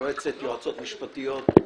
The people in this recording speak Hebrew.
יועצות משפטיות,